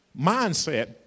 mindset